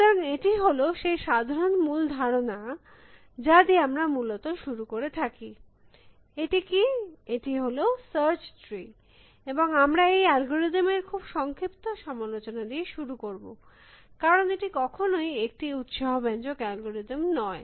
সুতরাং এটি হল সেই সাধারণ মূল ধারণা যা দিয়ে আমরা মূলত শুরু করে থাকি এটি কী এটি হল সার্চ ট্রি এবং আমরা এই অ্যালগরিদম এর খুব সংক্ষিপ্ত সমালোচনা দিয়ে শুরু করব কারণ এটি কখনই একটি উত্সাহব্যঞ্জক অ্যালগরিদম নয়